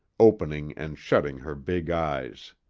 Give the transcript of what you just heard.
opening and shutting her big eyes.